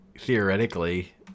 theoretically